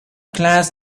class